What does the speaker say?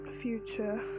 future